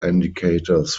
indicators